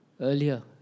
earlier